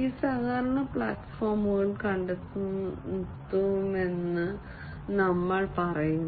ഈ സഹകരണ പ്ലാറ്റ്ഫോമുകൾ കണ്ടെത്തുമെന്ന് ഞങ്ങൾ പറയുന്നു